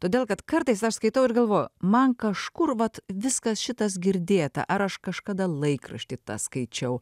todėl kad kartais aš skaitau ir galvoju man kažkur vat viskas šitas girdėta ar aš kažkada laikrašty skaičiau